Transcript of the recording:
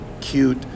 cute